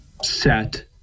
set